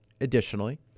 additionally